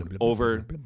over